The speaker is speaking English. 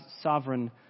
sovereign